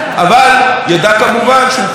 וכתוצאה מהבדיקות האלה,